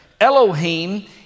Elohim